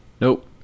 Nope